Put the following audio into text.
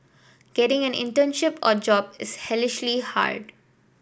getting an internship or job is hellishly hard